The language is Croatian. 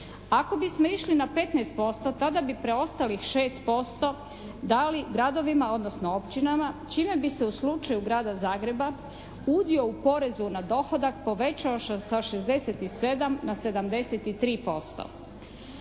Ako bismo išli na 15% tada bi preostalih 6% dali gradovima, odnosno općinama čime bi se u slučaju Grada Zagreba udio u porezu na dohodak povećao sa 67 na 73%.